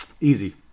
Easy